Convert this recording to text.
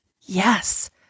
Yes